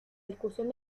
discusión